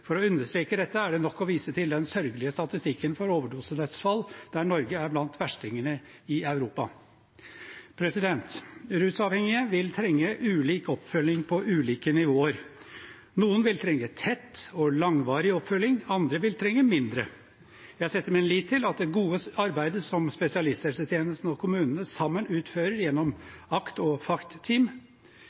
For å understreke dette er det nok å vise til den sørgelige statistikken for overdosedødsfall, der Norge er blant verstingene i Europa. Rusavhengige vil trenge ulik oppfølging på ulike nivåer. Noen vil trenge tett og langvarig oppfølging, andre vil trenge mindre. Jeg setter min lit til det gode arbeidet som spesialisthelsetjenesten og kommunene sammen utfører gjennom ACT- og